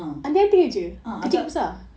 um